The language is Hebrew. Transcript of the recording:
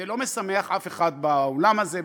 זה לא משמח אף אחד באולם הזה,